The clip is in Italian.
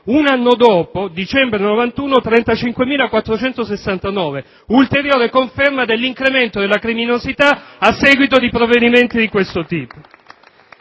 Un anno dopo, nel dicembre 1991, 35.469. Questa è una ulteriore conferma dell'incremento della criminosità a seguito di provvedimenti di questo tipo.